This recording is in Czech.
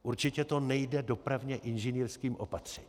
Určitě to nejde dopravně inženýrským opatřením.